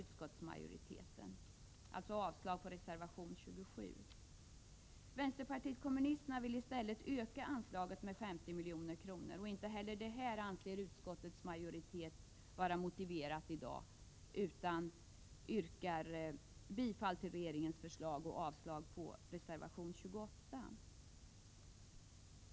Utskottet yrkar således avslag på reservation 27. Vpk vill i stället öka anslaget med 50 milj.kr. Inte heller detta anser utskottetsmajoriteten i dag vara motiverat, utan man yrkar bifall till regeringens förslag och avslag på reservation 28.